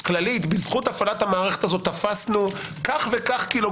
בזכות הפעלת המערכת הזו תפסנו כך וכך ק"ג